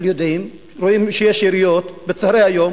אבל רואים שיש יריות בצהרי היום